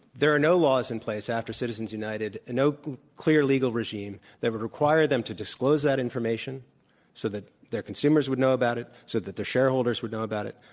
there are no laws in place after citizens united, no clear legal regime that would require them to disclose that information so that their consumers would know about it, so that their shareholders would know about it,